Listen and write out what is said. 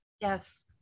Yes